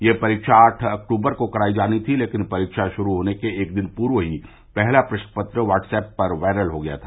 यह परीक्षा आठ अक्टूबर को कराई जानी थी लेकिन परीक्षा शुरू होने से एक दिन पूर्व ही पहला प्रश्नपत्र वाट्स ऐप पर वायरल हो गया था